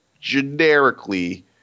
generically